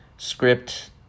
script